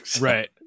Right